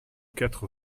quatre